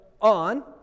on